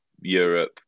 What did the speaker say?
Europe